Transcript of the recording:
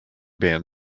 band